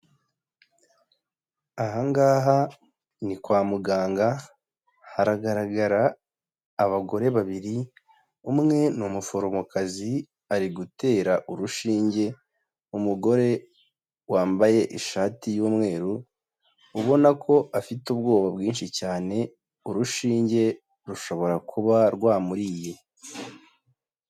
Ahangaha ni kwa muganga haragaragara abagore babiri, umwe ni umuforomokazi ari gutera urushinge umugore wambaye ishati y'umweru, ubona ko afite ubwoba bwinshi cyane urushinge rushobora kuba rwamuriye.